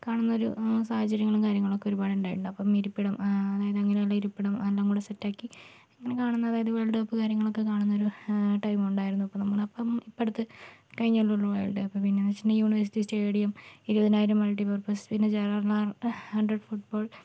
കാണുന്നൊരു സാഹചര്യങ്ങളും കാര്യങ്ങളൊക്കെ ഒരുപാട് ഉണ്ടായിട്ടുണ്ട് അപ്പോൾ ഇരിപ്പിടം അതായത് അങ്ങനെയുള്ള ഇരപ്പിടം എല്ലാം കൂടി സെറ്റ് ആക്കി ഇങ്ങനെ കാണുന്ന അതായത് വേൾഡ് കപ്പ് കാര്യങ്ങളൊക്കെ കാണുന്ന ഒരു ടൈം ഉണ്ടായിരുന്നു അപ്പോൾ നമ്മളപ്പോൾ ഇപ്പോൾ അടുത്ത് കഴിഞ്ഞതല്ലേ ഉള്ളൂ വേൾഡ് കപ്പ് പിന്നെയെന്ന് വച്ചിട്ടുണ്ടെങ്കിൽ യൂണിവേഴ്സിറ്റി സ്റ്റേഡിയം ഇരുപതിനായിരം മൾട്ടി പർപ്പസ് പിന്നെ ജവഹർലാൽ അണ്ടർ ഫുട്ബോൾ